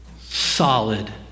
solid